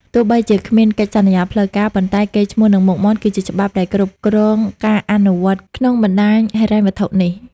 ទោះបីជាគ្មានកិច្ចសន្យាផ្លូវការ ប៉ុន្តែ "កេរ្តិ៍ឈ្មោះ និងមុខមាត់" គឺជាច្បាប់ដែលគ្រប់គ្រងការអនុវត្តក្នុងបណ្ដាញហិរញ្ញវត្ថុនេះ។